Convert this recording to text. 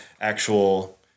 actual